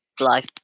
life